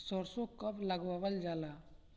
सरसो कब लगावल जाला?